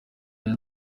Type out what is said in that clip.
hari